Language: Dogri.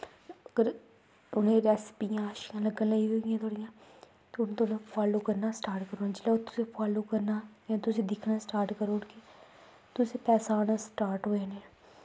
अगर उ'नें ई रैसपियां शैल लग्गन लग्गी पेइयां थुआढ़ियां ते ओह् तुसेंगी फालो करना तुसेंगी स्टार्ट करी देना जेल्लै तुसें फालो करना जां तुस दिक्खना स्टार्ट करी ओड़गे तुसें पैसा आना स्टार्ट होई जाने